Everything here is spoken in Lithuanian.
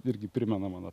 irgi primena mano